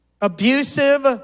abusive